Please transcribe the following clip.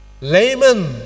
Layman